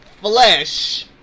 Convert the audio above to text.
flesh